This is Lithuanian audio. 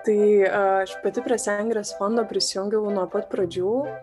tai aš pati prie sengirės fondo prisijungiau nuo pat pradžių